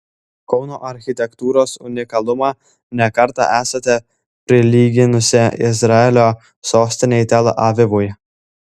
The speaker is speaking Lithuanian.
kauno architektūros unikalumą ne kartą esate prilyginusi izraelio sostinei tel avivui